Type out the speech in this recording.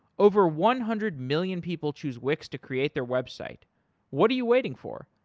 over one-hundred-million people choose wix to create their website what are you waiting for?